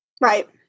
Right